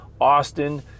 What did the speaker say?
Austin